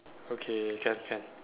okay can can